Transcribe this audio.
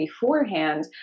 beforehand